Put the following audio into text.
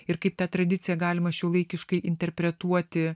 ir kaip ta tradicija galima šiuolaikiškai interpretuoti